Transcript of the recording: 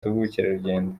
by’ubukerarugendo